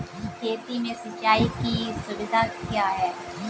खेती में सिंचाई की सुविधा क्या है?